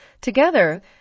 Together